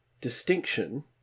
distinction